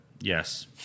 Yes